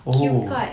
queue card